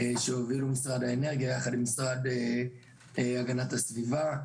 שהוביל משרד האנרגיה יחד עם המשרד להגנת הסביבה,